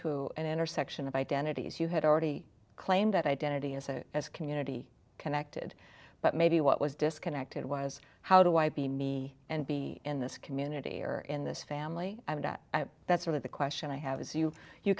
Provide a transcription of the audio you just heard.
to an intersection of identities you had already claimed identity as a as community connected but maybe what was disconnected was how to y p me and be in this community or in this family i would at that sort of the question i have is you you